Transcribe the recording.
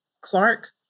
Clark